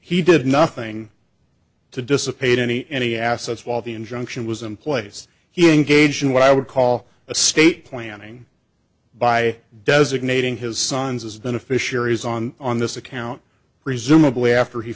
he did nothing to dissipate any any assets while the injunction was in place he engaged in what i would call a state planning by designating his son's as then a fish areas on on this account presumably after he